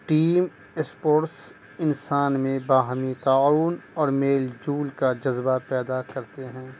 team sports انسان میں باہمی تعاون اور میل جول کا جذبہ پیدا کرتے ہیں